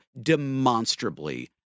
demonstrably